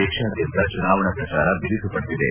ದೇಶಾದ್ಯಂತ ಚುನಾವಣಾ ಪ್ರಚಾರ ಬಿರುಸು ಪಡೆದಿದೆ